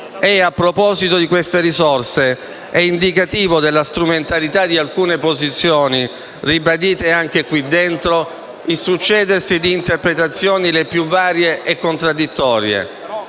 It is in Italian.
A proposito di queste risorse, è indicativo della strumentalità di alcune posizioni, ribadite anche in quest'Aula, il succedersi di interpretazioni le più varie e contraddittore.